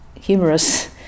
humorous